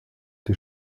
die